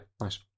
nice